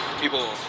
People